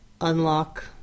unlock